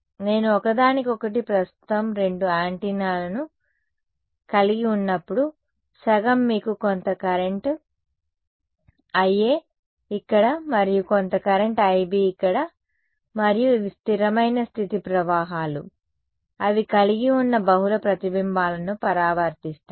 నేను ఒకదానికొకటి ప్రస్తుతం రెండు యాంటెన్నాలను కలిగి ఉన్నప్పుడు సగం మీకు కొంత కరెంట్ IA ఇక్కడ మరియు కొంత కరెంట్ IB ఇక్కడ మరియు ఇవి స్థిరమైన స్థితి ప్రవాహాలు అవి కలిగి ఉన్న బహుళ ప్రతిబింబాలను పరావర్తిస్తాయి